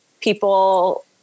people